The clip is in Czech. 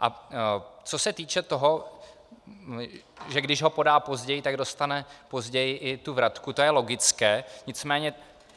A co se týče toho, že když ho podá později, tak dostane později i tu vratku, to je logické, nicméně